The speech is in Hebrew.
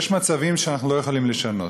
יש מצבים שאנחנו לא יכולים לשנות,